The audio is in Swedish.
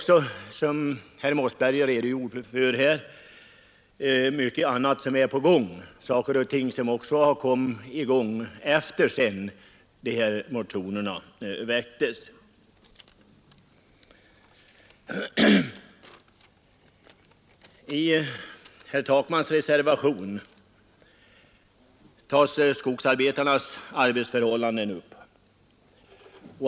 Som herr Mossberger redogjorde för pågår många utredningar, och vissa har kommit i gång efter det att motionerna väcktes. örhållanden upp.